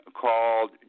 called